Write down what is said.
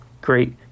Great